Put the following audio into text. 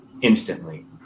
instantly